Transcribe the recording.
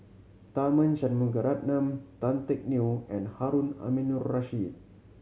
Tharman Shanmugaratnam Tan Teck Neo and Harun Aminurrashid